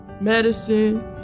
medicine